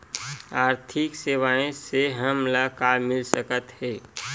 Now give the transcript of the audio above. आर्थिक सेवाएं से हमन ला का मिल सकत हे?